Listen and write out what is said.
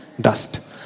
dust